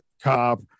cop